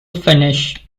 finish